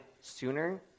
sooner